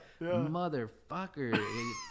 motherfucker